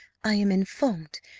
i am informed,